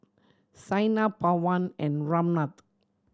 Saina Pawan and Ramnath